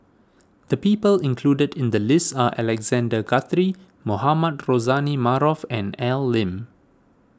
the people included in the list are Alexander Guthrie Mohamed Rozani Maarof and Al Lim